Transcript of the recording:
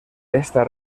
esta